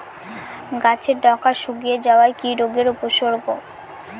গাছের ডগা শুকিয়ে যাওয়া কি রোগের উপসর্গ?